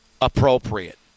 appropriate